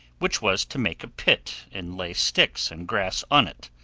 which was to make a pit and lay sticks and grass on it,